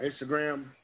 Instagram